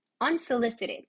unsolicited